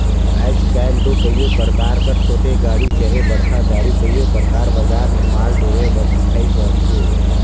आएज काएल दो कइयो परकार कर छोटे गाड़ी चहे बड़खा गाड़ी कइयो परकार बजार में माल डोहे बर दिखई परथे